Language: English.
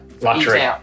luxury